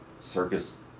Circus